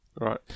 Right